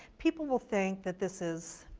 people will think that this is